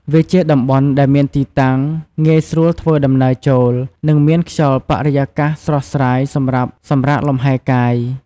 វាជាតំបន់ដែលមានទីតាំងងាយស្រួលធ្វើដំណើរចូល និងមានខ្យល់បរិយាកាសស្រស់ស្រាយសម្រាប់សម្រាកលំហែកាយ។